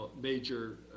major